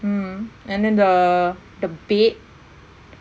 mm and then the the bed